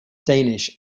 danish